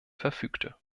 verfügte